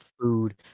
food